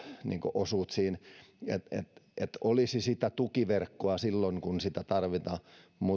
osuutta siinä että olisi tukiverkkoa silloin kun sitä tarvitaan